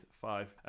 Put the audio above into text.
five